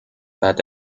بعد